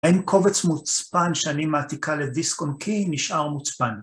האם קובץ מוצפן שאני מעתיקה לדיסק און קי, נשאר מוצפן.